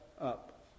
up